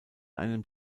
einem